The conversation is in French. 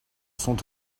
sont